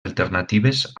alternatives